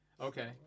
Okay